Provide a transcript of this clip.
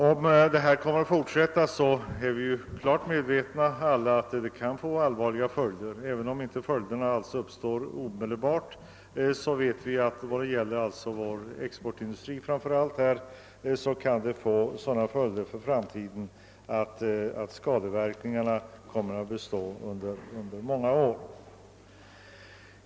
Om det fortsätter på detta vis kan — det är vi alla medvetna om — följderna bli mycket allvarliga; även om de inte visar sig omedelbart kan skadeverkningarna för vår exportindustri bestå under många år.